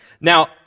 Now